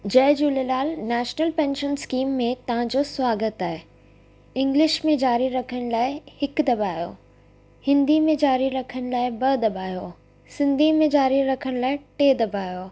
जय Jhulelal national pension scheme में तव्हांजो स्वागत आहे इंग्लिश में ज़ारी रखण लाइ हिकु दबायो हिंदी में जारी रखण लाइ ॿ दॿायो सिंधी में ज़ारी रखण लाइ टे दॿायो